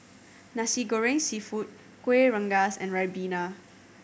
Nasi Goreng Seafood Kueh Rengas and ribena